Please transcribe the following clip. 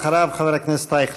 אחריו, חבר הכנסת אייכלר.